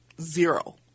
zero